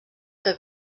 que